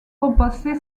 compenser